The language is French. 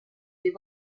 des